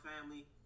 family